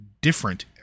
different